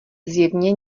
zjevně